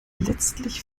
letztlich